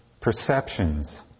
perceptions